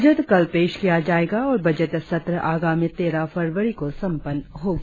budget कल पेश किया जाएगा और बजट सत्र आगामी तेरह फरवरी को संपन्न होगी